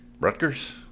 Rutgers